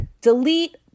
delete